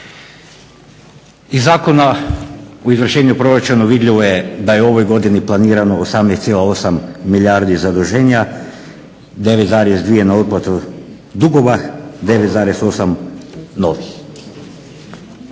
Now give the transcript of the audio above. Iz Zakona o izvršenju proračuna vidljivo je da je u ovoj godini planirano 18,8 milijardi zaduženja, 9,2 na otplatu dugova, 9,8 novih.